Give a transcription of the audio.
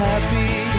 Happy